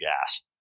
gas